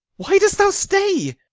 why dost thou stay?